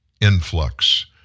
influx